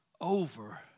over